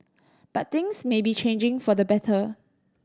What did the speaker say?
but things may be changing for the better